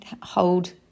hold